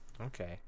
Okay